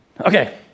Okay